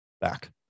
back